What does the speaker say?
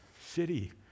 city